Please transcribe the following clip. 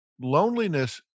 Loneliness